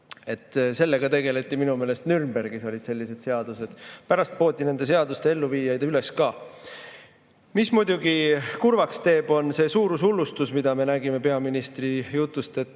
Sellega tegeleti minu meelest Nürnbergis, siis olid sellised seadused. Pärast poodi nende seaduste elluviijaid üles ka. Mis muidugi kurvaks teeb, on see suurushullustus, mida me nägime peaministri jutust.